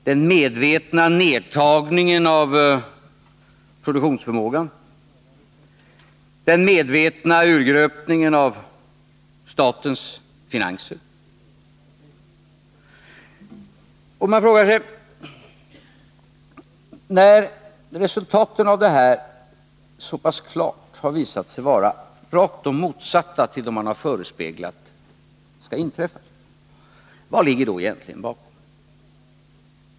Den medvetna nertagningen av produktionsförmågan. Den medvetna urgröpningen av statens finanser. Frågan blir då: När resultaten av denna politik så pass klart har visat sig vara de rakt motsatta dem man har förespeglat skall inträffa, vad ligger då egentligen bakom?